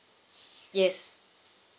yes